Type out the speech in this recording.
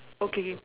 okay